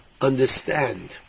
understand